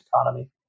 economy